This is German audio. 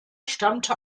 stammte